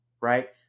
right